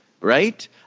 right